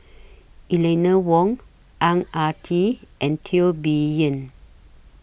Eleanor Wong Ang Ah Tee and Teo Bee Yen